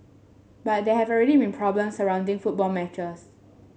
but there have already been problem surrounding football matches